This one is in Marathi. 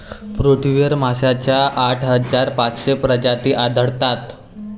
पृथ्वीवर माशांच्या आठ हजार पाचशे प्रजाती आढळतात